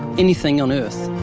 anything on earth?